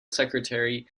secretary